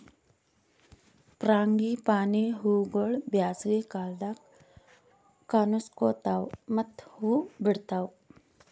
frangipani ಹೂವುಗೊಳ್ ಬ್ಯಾಸಗಿ ಕಾಲದಾಗ್ ಕನುಸ್ಕೋತಾವ್ ಮತ್ತ ಹೂ ಬಿಡ್ತಾವ್